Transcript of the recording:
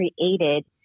created